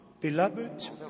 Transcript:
Beloved